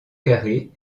carré